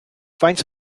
faint